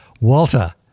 Walter